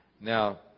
now